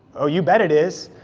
oh you bet it is.